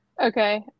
Okay